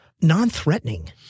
non-threatening